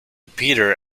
peter